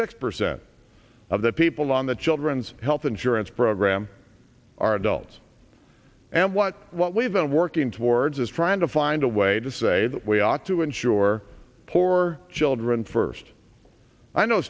six percent of the people on the children's health insurance program are adults and what what we've been working towards is trying to find a way to say that we ought to insure poor children first i know